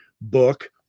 book